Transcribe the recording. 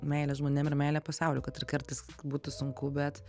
meilė žmonėm meilė pasauliui kad ir kartais būtų sunku bet